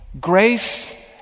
grace